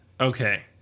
Okay